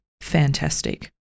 fantastic